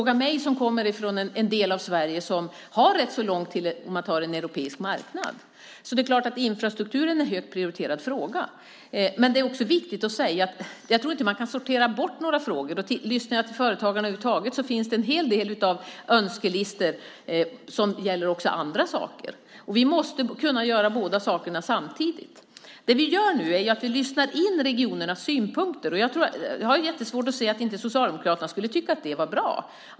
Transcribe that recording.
Jag kommer från en del av Sverige som har långt till en europeisk marknad. Infrastrukturen är självklart en högt prioriterad fråga. Jag tror inte att man kan sortera bort några frågor. Företagarna har en hel del på önskelistan som gäller även annat. Vi måste kunna flera saker samtidigt. Nu lyssnar vi in regionernas synpunkter. Jag har svårt att se att inte Socialdemokraterna skulle tycka att det är bra.